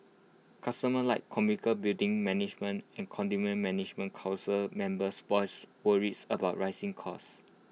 customers like commercial building management and condominium management Council members voiced worries about rising costs